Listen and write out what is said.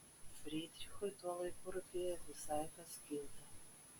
frydrichui tuo laiku rūpėjo visai kas kita